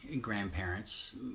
grandparents